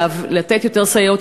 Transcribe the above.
לתת יותר סייעות,